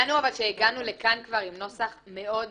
העניין הוא שהגענו לכאן כבר עם נוסח מאוד מרוכך.